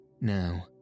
Now